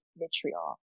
vitriol